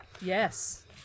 yes